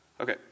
Okay